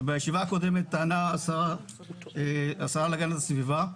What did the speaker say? בישיבה הקודמת טענה השרה להגנת הסביבה,